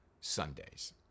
Sundays